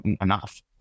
enough